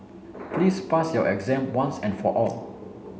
please pass your exam once and for all